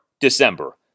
December